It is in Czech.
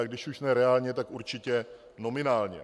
A když už ne reálně, tak určitě nominálně.